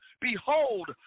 Behold